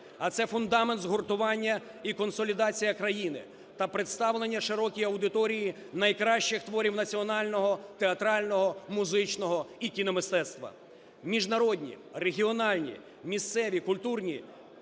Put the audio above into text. а це фундамент згуртування і консолідація країни та представлення широкій аудиторії найкращих творів національного театрального, музичного і кіномистецтва. Міжнародні, регіональні, місцеві культурні